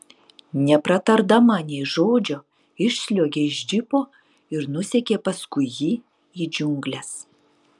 nepratardama nė žodžio išsliuogė iš džipo ir nusekė paskui jį į džiungles